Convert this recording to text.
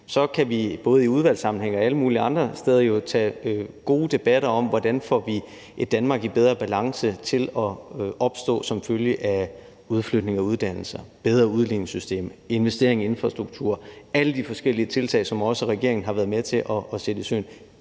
Så kan vi både i udvalgssammenhæng og alle mulige andre steder tage gode debatter om, hvordan vi får et Danmark i bedre balance til at opstå som følge af udflytning af uddannelser, bedre udligningssystem, investering i infrastruktur. Alle de forskellige tiltag, som regeringen også har været med til at sætte i søen,